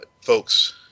Folks